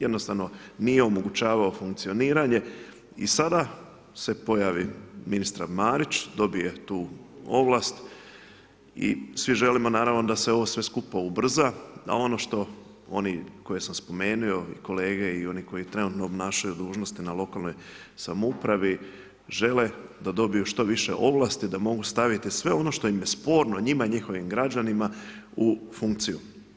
Jednostavno nije omogućavalo funkcioniranje i sada se pojavi ministar Marić, dobije tu ovlast i svi želimo naravno da se sve ovo skupa ubrza, a ono što oni koje sam spomenuo kolege i oni koji trenutno obnašaju dužnosti na lokalnoj samoupravi, žele da dobiju što više ovlasti, da mogu staviti sve ono što im je sporno, njima i njihovim građanima au funkciju.